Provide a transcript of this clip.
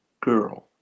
girl